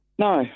No